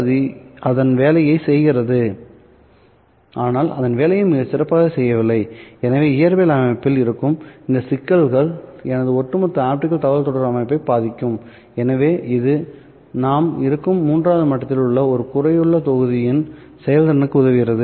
அது அதன் வேலையைச் செய்கிறது ஆனால் அதன் வேலையை மிகச் சிறப்பாக செய்யவில்லை எனவே இயற்பியல் அமைப்பில் இருக்கும் இந்த சிக்கல்கள் எனது ஒட்டுமொத்த ஆப்டிகல் தகவல்தொடர்பு அமைப்பை பாதிக்கும் எனவே இது நாம் இருக்கும் மூன்றாவது மட்டத்தில் உள்ள ஒரு குறையுள்ள தொகுதியின் செயல்திறனுக்கு உதவுகிறது